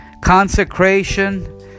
consecration